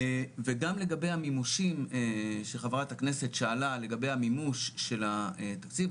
וגם לגבי המימושים שחברת הכנסת שאלה לגבי המימוש של התקציב,